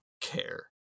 care